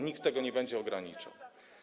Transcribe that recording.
Nikt tego nie będzie ograniczał.